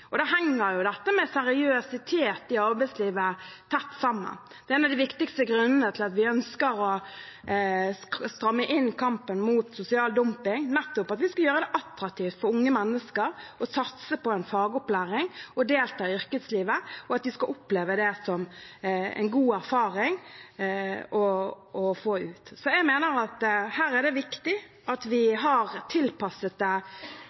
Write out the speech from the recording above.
og yrkesopplæring. Da henger dette med seriøsitet i arbeidslivet tett sammen med det. Det er en av de viktigste grunnene til at vi ønsker å stramme inn kampen mot sosial dumping: nettopp at vi skal gjøre det attraktivt for unge mennesker å satse på en fagopplæring og delta i yrkeslivet, og at de skal oppleve det som en god erfaring. Så jeg mener at her er det viktig at